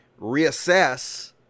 reassess